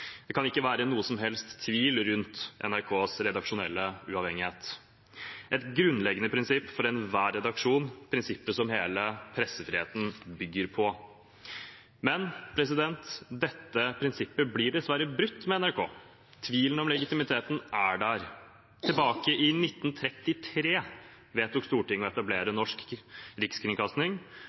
Det kan ikke være noen som helst tvil rundt NRKs redaksjonelle uavhengighet – et grunnleggende prinsipp for enhver redaksjon, prinsippet som hele pressefriheten bygger på. Men dette prinsippet blir dessverre brutt med NRK. Tvilen om legitimiteten er der. Tilbake i 1933 vedtok Stortinget å etablere Norsk rikskringkasting,